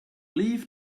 leaf